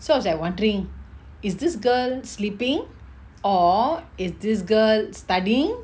so I was like wondering is this girl sleeping or is this girl studying